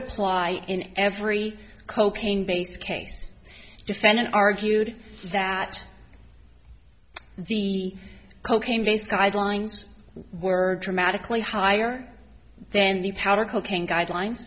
apply in every cocaine based case defendant argued that the cocaine base guidelines were dramatically higher then the powder cocaine guidelines